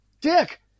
Dick